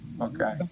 Okay